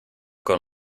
con